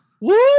Woo